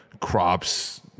crops